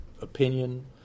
opinion